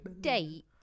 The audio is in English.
date